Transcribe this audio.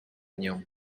nyuma